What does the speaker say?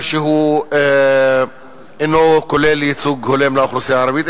שהוא אינו כולל ייצוג הולם לאוכלוסייה הערבית,